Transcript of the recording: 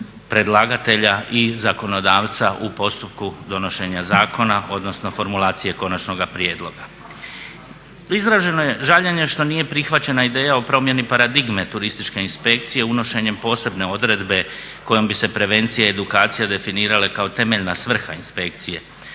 predlagatelja i zakonodavca u postupku donošenja zakona odnosno formulacije konačnoga prijedloga. Izraženo je žaljenje što nije prihvaćena ideja o promjeni paradigme turističke inspekcije unošenjem posebne odredbe kojom bi se prevencija i edukacija definirale kao temeljna svrha inspekcije.